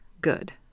good